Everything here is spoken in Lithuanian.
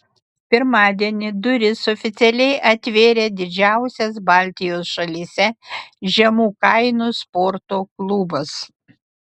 pirmadienį duris oficialiai atvėrė didžiausias baltijos šalyse žemų kainų sporto klubas